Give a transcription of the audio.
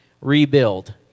rebuild